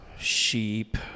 sheep